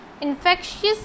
Infectious